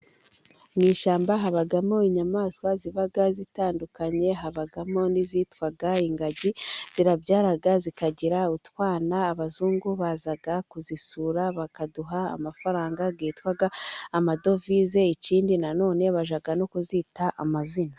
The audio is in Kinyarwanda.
Mu ishyamba habagamo inyamaswa ziba zitandukanye, habamo n'izitwa ingagi zirabyara zikagira utwana. Abazungu baza kuzisura bakaduha amafaranga kitwa amadovize, ikindi nanone bajya no kuzita amazina.